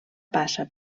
passa